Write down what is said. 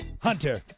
Hunter